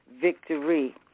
victory